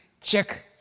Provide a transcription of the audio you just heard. check